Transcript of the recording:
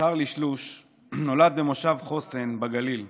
צ'רלי שלוש נולד במושב חוסן בגליל,